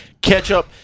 ketchup